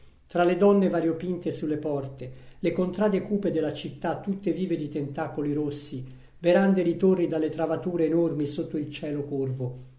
tra le donne variopinte sulle porte le contrade cupe della città tutte vive di tentacoli rossi verande di torri dalle travature enormi sotto il cielo curvo